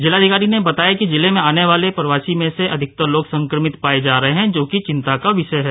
जिलाधिकारी ने बताया कि जिले में आने वाले प्रवासी में से अधिकतर लोग संक्रमित पाए जा रहे है जो कि चिंता का विषय है